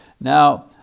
Now